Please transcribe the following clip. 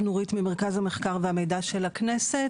אני נורית ממרכז המחקר והמידע של הכנסת.